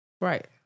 Right